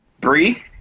Bree